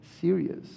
serious